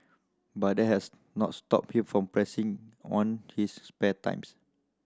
but that has not stopped him from pressing on his spare times